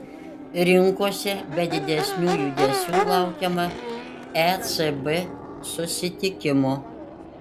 rinkose be didesnių judesių laukiama ecb susitikimo